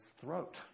throat